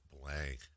blank